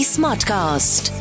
Smartcast